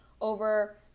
over